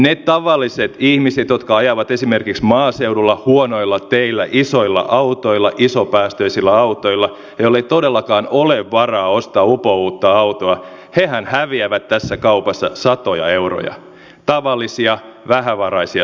ne tavalliset ihmiset jotka ajavat esimerkiksi maaseudulla huonoilla teillä isoilla autoilla isopäästöisillä autoilla ja joilla ei todellakaan ole varaa ostaa upouutta autoa häviävät tässä kaupassa satoja euroja tavallisia vähävaraisia suomalaisia